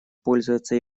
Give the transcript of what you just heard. пользоваться